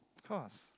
of course